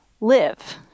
live